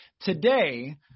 today